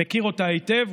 אני מכיר אותו היטב,